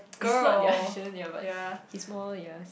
it's not ya shouldn't ya but he's more ya he